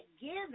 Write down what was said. given